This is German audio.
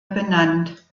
benannt